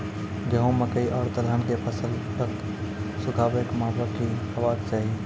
गेहूँ, मकई आर दलहन के फसलक सुखाबैक मापक की हेवाक चाही?